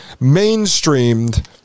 mainstreamed